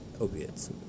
opiates